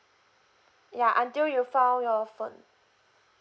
ya until you found your phone